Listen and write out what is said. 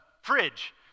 fridge